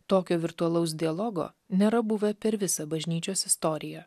tokio virtualaus dialogo nėra buvę per visą bažnyčios istoriją